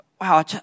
wow